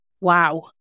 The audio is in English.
wow